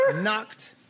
Knocked